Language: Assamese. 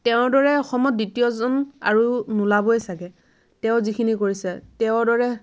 তেওঁৰ দৰে অসমত দ্বিতীয়জন আৰু নোলাবই চাগৈ তেওঁ যিখিনি কৰিছে তেওঁৰ দৰে